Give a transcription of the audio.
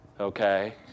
Okay